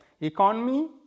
Economy